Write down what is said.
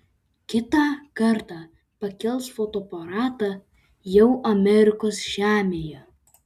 kitą kartą pakels fotoaparatą jau amerikos žemėje